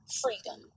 freedom